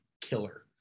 killer